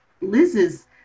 Liz's